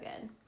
good